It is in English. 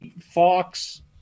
Fox